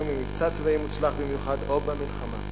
ממבצע צבאי מוצלח במיוחד או ממלחמה,